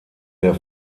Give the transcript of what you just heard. der